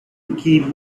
kid